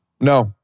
No